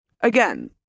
Again